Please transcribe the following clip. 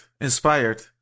inspired